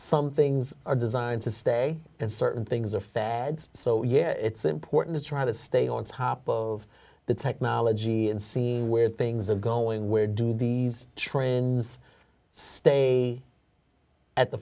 some things are designed to stay and certain things are fads so yeah it's important to try to stay on top of the technology and see where things are going where do these trends stay at the